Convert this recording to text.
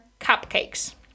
cupcakes